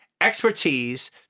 expertise